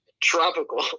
Tropical